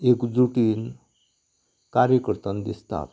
एकजुटीन कार्य करतना दिसता